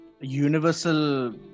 universal